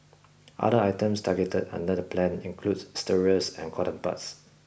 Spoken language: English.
other items targeted under the plan include stirrers and cotton buds